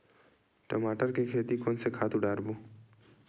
टमाटर के खेती कोन से खातु डारबो?